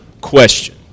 question